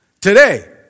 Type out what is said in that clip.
today